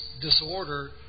disorder